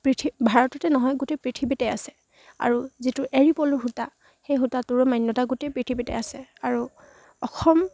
পৃথি ভাৰততে নহয় গোটেই পৃথিৱীতে আছে আৰু যিটো এড়ী পলুৰ সূতা সেই সূতাটোৰো মান্যতা গোটেই পৃথিৱীতে আছে আৰু অসম